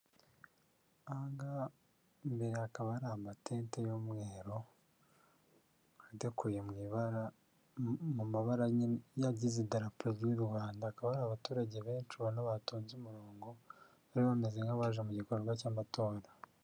Aha ngaha imbere hakaba hari amatente y'umweru adekoye mu ibara mu mabara agize idarapo ry'u Rwanda, hakaba hari abaturage benshi ubona batonze umurongo bari bameze nk'abaje mu gikorwa cy'amatora.